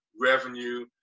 revenue